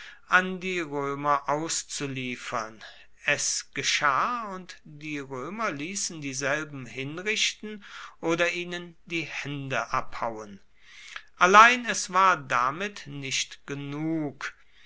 an die römer auszuliefern es geschah und die römer ließen dieselben hinrichten oder ihnen die hände abhauen allein es war damit nicht genug